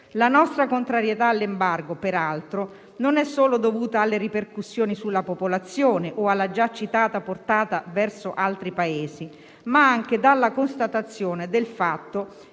La nostra contrarietà all'embargo, peraltro, è dovuta non solo alle ripercussioni sulla popolazione o alla già citata portata verso altri Paesi, ma anche dalla constatazione del fatto